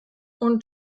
und